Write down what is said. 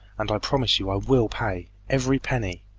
and i promise you i will pay, every penny